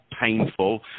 painful